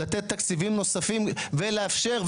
לתת תקציבים נוספים ולאפשר,